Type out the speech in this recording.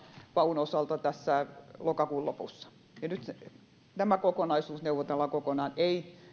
paun osalta tässä lokakuun lopussa kun työehtosopimus normaalisti on loppumassa nyt tämä kokonaisuus neuvotellaan kokonaan ei